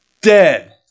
dead